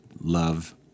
love